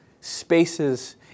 spaces